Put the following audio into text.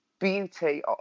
beauty